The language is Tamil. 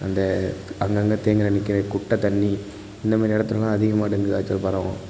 அந்த அங்கங்கே தேங்குகிற நிற்கிற குட்டை தண்ணி இந்தமாரி இடத்துலலாம் அதிகமாக டெங்கு காய்ச்சல் பரவும்